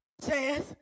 says